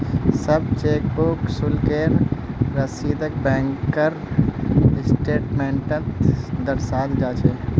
सब चेकबुक शुल्केर रसीदक बैंकेर स्टेटमेन्टत दर्शाल जा छेक